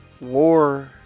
war